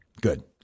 good